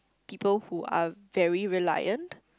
people who are very reliant